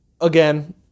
again